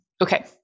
Okay